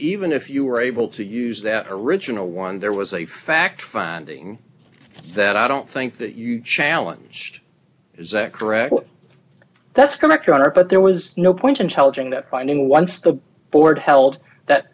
even if you were able to use that original one there was a fact finding that i don't think that you challenge is that correct that's going to honor but there was no point in challenging that by naming once the board held that